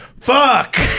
fuck